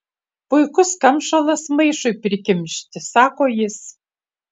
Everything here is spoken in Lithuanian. puikus kamšalas maišui prikimšti sako jis